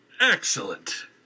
excellent